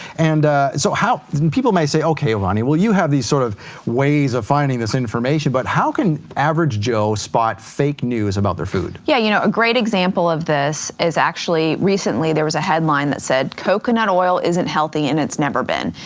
and so people may say, okay voni, well you have these sort of ways of finding this information but how can average joe spot fake news about their food. yeah you know a great example of this is actually recently there was a headline that said coconut oil isn't healthy and it's never been,